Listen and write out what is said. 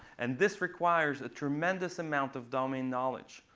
and this requires a tremendous amount of domain knowledge.